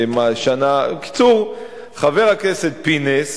בקיצור, חבר הכנסת פינס,